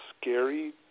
scary